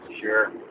Sure